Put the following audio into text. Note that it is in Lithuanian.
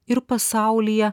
ir pasaulyje